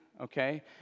okay